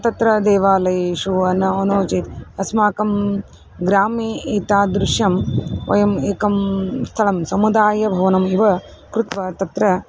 तत्र देवालयेषु अना नो चेत् अस्माकं ग्रामे एतादृशं वयम् एकं स्थलं समुदायभवनम् इव कृत्वा तत्र